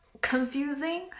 confusing